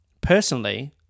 personally